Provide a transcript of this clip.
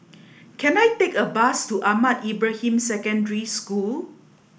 can I take a bus to Ahmad Ibrahim Secondary School